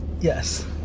Yes